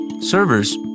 servers